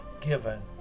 given